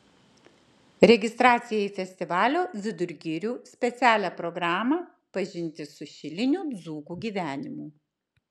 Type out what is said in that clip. registracija į festivalio vidur girių specialią programą pažintis su šilinių dzūkų gyvenimu